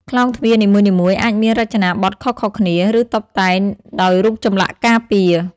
ក្លោងទ្វារនីមួយៗអាចមានរចនាបថខុសៗគ្នា ឬតុបតែងដោយរូបចម្លាក់ការពារ។